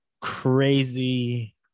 crazy